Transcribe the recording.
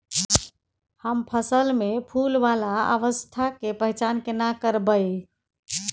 हम फसल में फुल वाला अवस्था के पहचान केना करबै?